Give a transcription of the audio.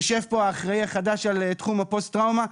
יושב פה האחראי החדש על תחום הפוסט טראומה,